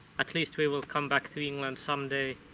at least we will come back to england someday.